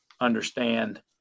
understand